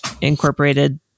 incorporated